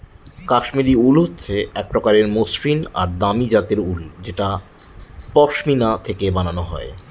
কাশ্মিরী উল হচ্ছে এক প্রকার মসৃন আর দামি জাতের উল যেটা পশমিনা থেকে বানানো হয়